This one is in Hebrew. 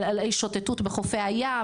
שוטטות בחופי הים,